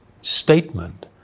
statement